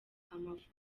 amafoto